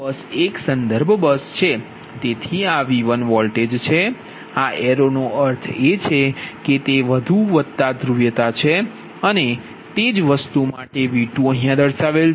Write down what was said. તેથી આ V1 voltage છે આ એરો નો અર્થ એ છે કે તે વત્તા ધ્રુવીયતા છે અને અહીં તે જ વસ્તુ માટે V2 છે